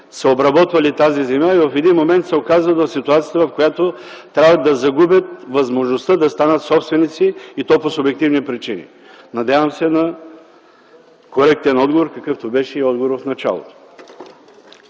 са обработвали тази земя и в един момент се оказват в ситуация, в която трябва да загубят възможността да станат собственици, и то по субективни причини? Надявам се на коректен отговор, какъвто беше и отговорът в началото.